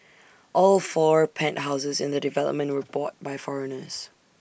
all four penthouses in the development were bought by foreigners